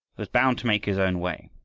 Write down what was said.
was bound to make his own way.